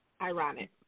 ironic